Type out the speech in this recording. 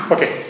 Okay